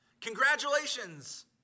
Congratulations